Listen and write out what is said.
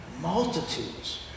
multitudes